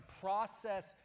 process